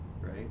Right